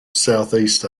southeast